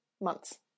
months